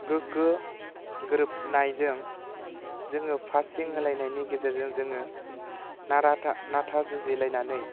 गोग्गो गोरोबनायजों जोङो पासिं होलायनायनि गेजेरजों जोङो नारा नाथा जुजिलायनानै